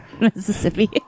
Mississippi